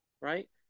Right